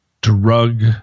drug